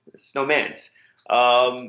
Snowman's